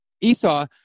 Esau